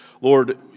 Lord